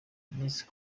miss